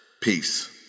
Peace